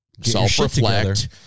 self-reflect